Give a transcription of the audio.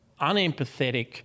unempathetic